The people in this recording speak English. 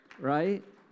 Right